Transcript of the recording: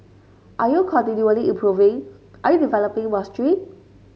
are you continually improving are you developing mastery